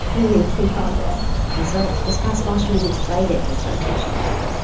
we made some progress and so this past fall, she was excited to start teaching again.